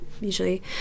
usually